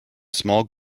small